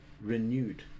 Renewed